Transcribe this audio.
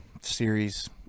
series